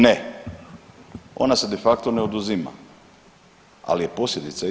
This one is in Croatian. Ne, ona se de facto ne oduzima, ali je posljedica ista.